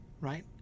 right